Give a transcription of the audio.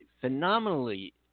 phenomenally